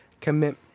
commit